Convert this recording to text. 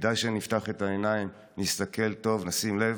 כדאי שנפתח את העיניים, נסתכל טוב ונשים לב.